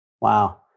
wow